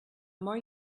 more